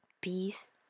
peace